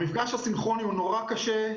המפגש הסינכרוני הוא קשה,